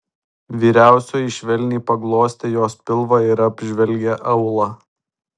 vyriausioji švelniai paglostė jos pilvą ir apžvelgė aulą